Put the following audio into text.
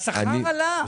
השכר עלה.